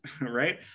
Right